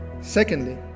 secondly